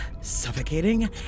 suffocating